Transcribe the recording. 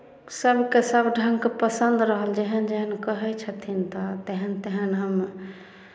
सभके सभ ढङ्गके पसन्द रहल जेहन जेहन कहै छथिन तऽ तेहन तेहन हम